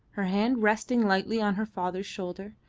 her hand resting lightly on her father's shoulder,